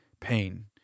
pain